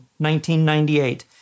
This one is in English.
1998